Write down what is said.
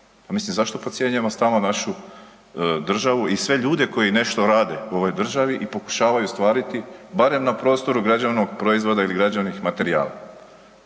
mislim zašto podcjenjujemo stalno našu državu i sve ljude koji nešto rade u ovoj državi i pokušavaju ostvariti barem na prostoru građevnog proizvoda ili građevnih materijala?